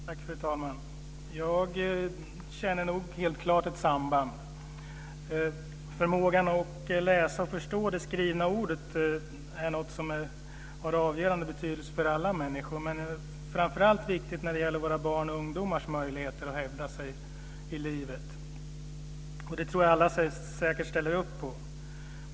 Fru talman! Jag känner nog helt klart ett samband. Förmågan att läsa och förstå det skrivna ordet är av avgörande betydelse för alla människor, men det är framför allt viktigt för våra barns och ungdomars möjligheter att hävda sig i livet, det tror jag att alla ställer upp på.